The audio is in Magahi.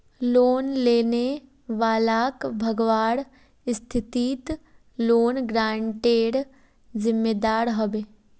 लोन लेने वालाक भगवार स्थितित लोन गारंटरेर जिम्मेदार ह बे